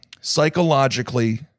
psychologically